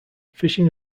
fishing